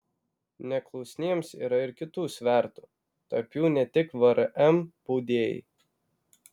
neklusniems yra ir kitų svertų tarp jų ne tik vrm baudėjai